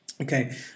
Okay